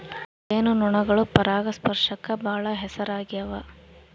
ಜೇನು ನೊಣಗಳು ಪರಾಗಸ್ಪರ್ಶಕ್ಕ ಬಾಳ ಹೆಸರಾಗ್ಯವ